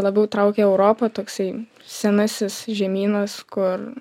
labiau traukia europa toksai senasis žemynas kur